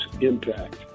impact